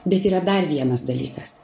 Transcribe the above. bet yra dar vienas dalykas